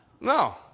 No